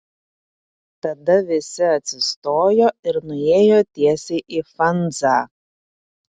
tada visi atsistojo ir nuėjo tiesiai į fanzą